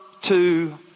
two